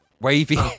Wavy